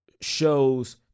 shows